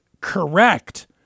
correct